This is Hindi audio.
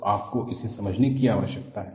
तो आपको इसे समझने की आवश्यकता है